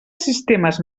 sistemes